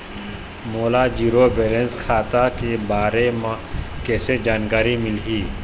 मोला zero balance खाता के बारे म कैसे जानकारी मिलही?